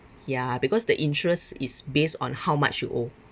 ya because the interest is based on how much you owe